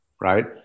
right